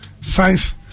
Science